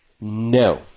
no